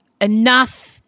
enough